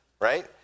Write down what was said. right